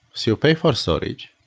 so pay for storage,